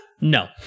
No